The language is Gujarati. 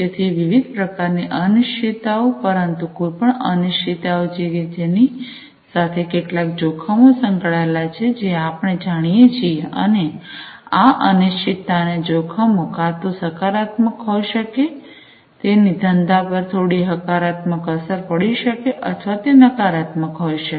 તેથી વિવિધ પ્રકારની અનિશ્ચિતતાઓ પરંતુ કોઈ પણ અનિશ્ચિતતા કે જેની સાથે કેટલાક જોખમો સંકળાયેલા છે જે આપણે જાણીએ છીએ અને આ અનિશ્ચિતતા અને જોખમો કા તો સકારાત્મક હોય શકે તેની ધંધા પર થોડી હકારાત્મક અસર પડી શકે અથવા તે નકારાત્મક હોય શકે